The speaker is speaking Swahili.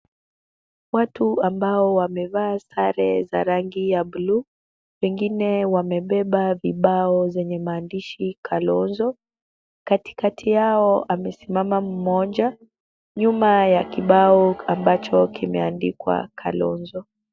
Watu ambao wamevaa sare za rangi ya blue , wengine wamebeba vibao zenye maandishi Kalonzo. Katikati yao amesimama mmoja nyuma ya kibao ambacho kimeandikwa Kalonzo.